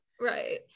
right